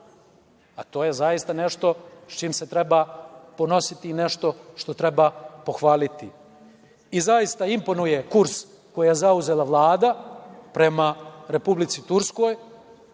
a to je zaista nešto s čim se treba ponositi i nešto što treba pohvaliti. Zaista imponuje kurs koji je zauzela Vlada prema Republici Turskoj,